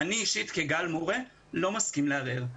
אני אישית לא מסכים לערער.